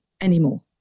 anymore